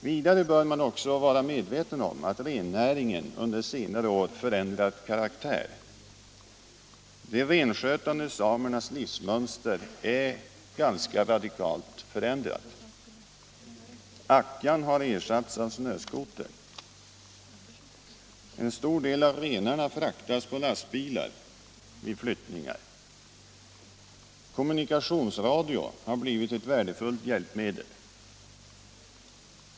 Vidare bör man vara medveten om att rennäringen under senare år förändrat karaktär och att de renskötande samernas livsmönster är ganska radikalt förändrat. Ackjan har ersatts med snöskotern. En stor del av renarna fraktas på lastbilar vid flyttningar. Kommunikationsradion har blivit ett värdefullt hjälpmedel.